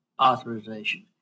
authorization